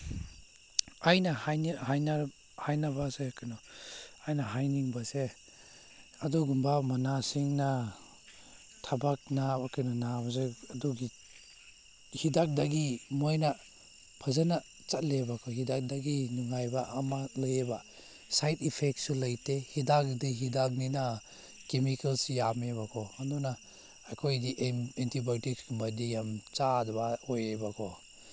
ꯑꯩꯅ ꯍꯥꯏꯅꯕꯁꯦ ꯀꯩꯅꯣ ꯑꯩꯅ ꯍꯥꯏꯅꯤꯡꯕꯁꯦ ꯑꯗꯨꯒꯨꯝꯕ ꯃꯅꯥꯁꯤꯡꯅ ꯊꯕꯥꯛ ꯅꯥꯕ ꯀꯩꯅꯣ ꯅꯥꯕꯁꯦ ꯑꯗꯨꯒꯤ ꯍꯤꯗꯥꯛꯗꯒꯤ ꯃꯣꯏꯅ ꯐꯖꯅ ꯆꯠꯂꯦꯕ ꯑꯩꯈꯣꯏꯒꯤꯗ ꯑꯗꯒꯤ ꯅꯨꯡꯉꯥꯏꯕ ꯑꯃ ꯂꯩꯌꯦꯕ ꯁꯥꯏꯠ ꯏꯐꯦꯛꯁꯨ ꯂꯩꯇꯦ ꯍꯤꯗꯥꯛꯗꯤ ꯍꯤꯗꯥꯛꯅꯤꯅ ꯀꯤꯃꯤꯀꯜꯁ ꯌꯥꯝꯃꯤꯕꯀꯣ ꯑꯗꯨꯅ ꯑꯩꯈꯣꯏꯒꯤ ꯑꯦꯟꯇꯤꯕꯥꯑꯣꯇꯤꯛꯁꯀꯨꯝꯕꯗꯤ ꯌꯥꯝ ꯆꯥꯗꯕ ꯑꯣꯏꯌꯦꯕꯀꯣ